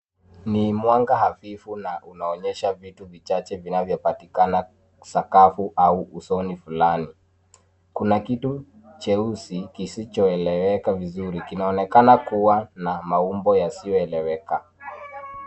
Ni mwanga hafifu na unaonyesha vitu vichache vinavyo patikana sakafu au usoni fulani. Kuna kitu cheusi kisichoeleweka vizuri. Kinaonekana kuwa na maumbo yasiyo eleweka.